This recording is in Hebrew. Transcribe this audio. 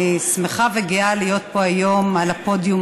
אני שמחה וגאה להיות פה היום על הפודיום